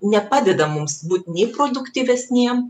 nepadeda mums būt nei produktyvesniem